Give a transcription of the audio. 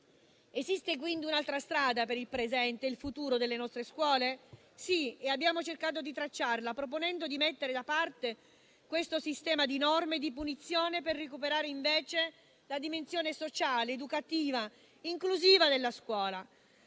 Esiste quindi un'altra strada per il presente e il futuro delle nostre scuole? Sì: abbiamo cercato di tracciarla, proponendo di mettere da parte questo sistema di norme e di punizioni per recuperare invece la dimensione sociale, educativa e inclusiva della scuola.